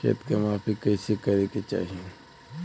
खेत के माफ़ी कईसे करें के चाही?